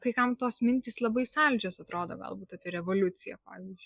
kai kam tos mintys labai saldžios atrodo galbūt apie revoliuciją pavyzdžiui